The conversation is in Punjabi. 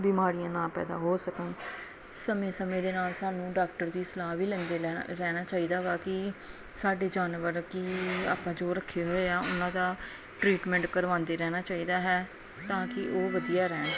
ਬਿਮਾਰੀਆਂ ਨਾ ਪੈਦਾ ਹੋ ਸਕਣ ਸਮੇਂ ਸਮੇਂ ਦੇ ਨਾਲ ਸਾਨੂੰ ਡਾਕਟਰ ਦੀ ਸਲਾਹ ਵੀ ਲੈਂਦੇ ਲੈਣਾ ਰਹਿਣਾ ਚਾਹੀਦਾ ਵਾ ਕਿ ਸਾਡੇ ਜਾਨਵਰ ਕਿ ਆਪਾਂ ਜੋ ਰੱਖੇ ਹੋਏ ਆ ਉਹਨਾਂ ਦਾ ਟਰੀਟਮੈਂਟ ਕਰਵਾਉਂਦੇ ਰਹਿਣਾ ਚਾਹੀਦਾ ਹੈ ਤਾਂ ਕਿ ਉਹ ਵਧੀਆ ਰਹਿਣ